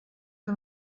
que